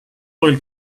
oil